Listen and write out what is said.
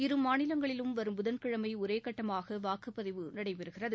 இரு மாநிலங்களிலும் வரும் புதன்கிழமை ஒரே கட்டமாக வாக்குப்பதிவு நடைபெறுகிறது